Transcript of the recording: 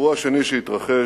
האירוע השני שהתרחש,